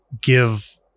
give